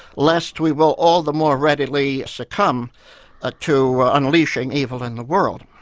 lest we will all the more readily succumb ah to unleashing evil in the world.